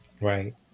right